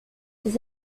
les